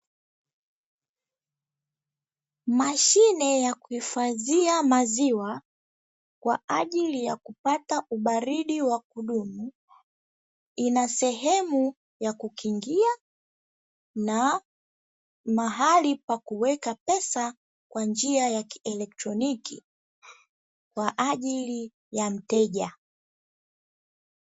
Mashine ya kuhifadhia maziwa kwa ajili yakupata ubaridi wa kudumu ina sehemu ya kukingia na mahali pa kuweka pesa kwa njia ya kielectroniki kwa ajili ya mteja.